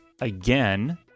Again